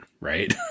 right